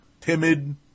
timid